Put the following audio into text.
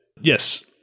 Yes